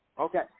Okay